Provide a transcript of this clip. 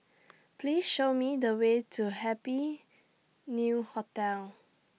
Please Show Me The Way to Happy New Hotel